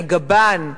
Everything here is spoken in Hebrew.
על גבן,